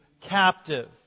captive